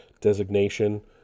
designation